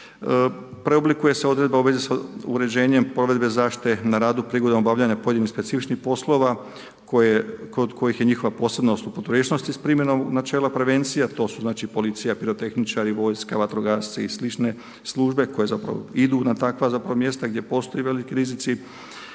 Preoblikuje se odredba u vezi s uređenjem provedbe zaštite na radu prigodom obavljanja pojedinih specifičnih poslova kod kojih je njihova posebnost u proturječnosti s primjenom načela prevencije. A to su znači policija, pirotehničari, vojska, vatrogasci i sl. službe koje zapravo idu na takva mjesta gdje postoje veliki rizici.